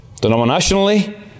denominationally